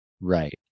right